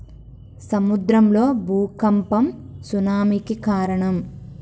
సముద్రం లో భూఖంపం సునామి కి కారణం